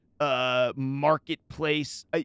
Marketplace